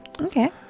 okay